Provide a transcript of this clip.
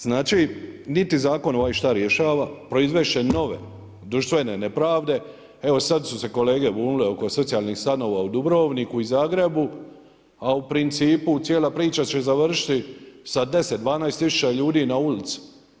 Znači, niti zakon ovaj šta rješava, proizvest će nove društvene nepravde, evo sad su se kolege bunile oko socijalnih stanova u Dubrovniku i Zagrebu, a u principu cijela priča će završiti sa 10, 12 000 ljudi na ulici.